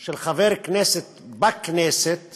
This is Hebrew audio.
של חבר כנסת בכנסת